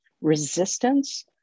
resistance